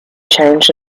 change